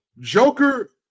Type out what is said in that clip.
Joker